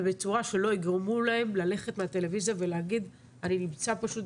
ובצורה שלא יגרמו להם ללכת לטלוויזיה ולהגיד: אני נמצא פשוט